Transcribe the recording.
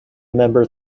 member